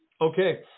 Okay